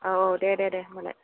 औ दे दे दे होनबालाय